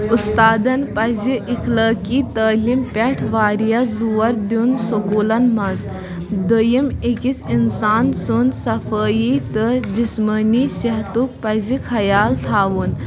اُستادن پَزِ اِخلٲقی تعلیٖم پٮ۪ٹھ واریاہ زور دیُن سکوٗلن منٛز دوٚیم أکِس اِنسان سُنٛد صفٲٮٔی تہٕ جِسمٲنی صحتُک پَزِ خیال تھاوُن